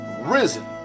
Risen